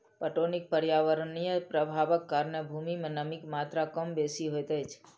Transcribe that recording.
पटौनीक पर्यावरणीय प्रभावक कारणेँ भूमि मे नमीक मात्रा कम बेसी होइत अछि